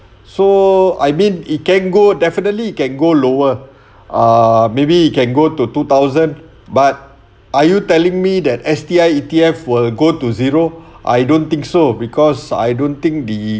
so I mean it can go definitely it can go lower uh maybe it can go to two thousand but are you telling me that S_T_I E_T_F will go to zero I don't think so because I don't think the